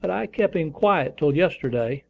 but i kept him quiet till yesterday.